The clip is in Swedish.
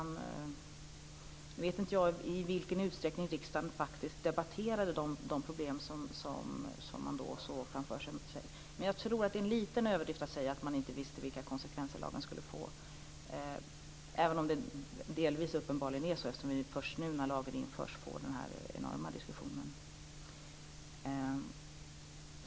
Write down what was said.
Nu vet inte jag i vilken utsträckning riksdagen debatterade de problem som man då såg framför sig, men jag tror att det är en liten överdrift att säga att man inte visste vilka konsekvenser den här lagen skulle få, även om det delvis uppenbarligen är så, eftersom det är först nu när lagen införs som det har uppstått denna enorma diskussion.